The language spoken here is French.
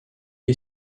est